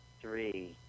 Three